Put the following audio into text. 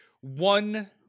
one